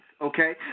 okay